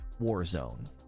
Warzone